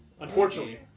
Unfortunately